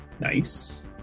nice